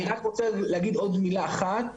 אני רק רוצה להגיד עוד מילה אחת.